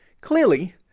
Clearly